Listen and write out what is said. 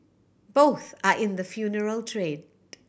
both are in the funeral trade